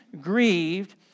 Grieved